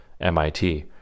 mit